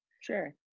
Sure